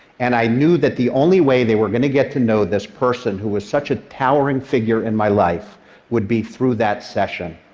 and i knew that the only way they were going to get to know this person who was such a towering figure in my life would be through that session.